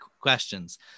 questions